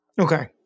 Okay